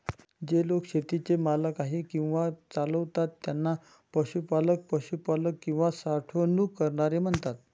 जे लोक शेतीचे मालक आहेत किंवा चालवतात त्यांना पशुपालक, पशुपालक किंवा साठवणूक करणारे म्हणतात